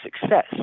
success